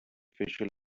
facial